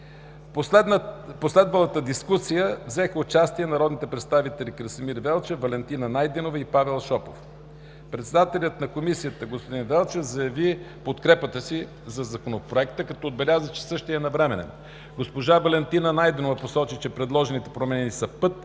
последвалата дискусия взеха участие народните представители Красимир Велчев, Валентина Найденова и Павел Шопов. Председателят на Комисията господин Красимир Велчев заяви подкрепата си за Законопроекта, като отбеляза, че същият е навременен. Госпожа Валентина Найденова посочи, че предложените промени са път